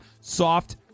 Soft